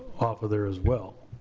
off of there as well.